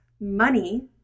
money